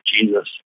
Jesus